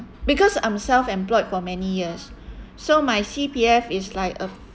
because I'm self employed for many years so my C_P_F it's like a